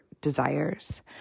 desires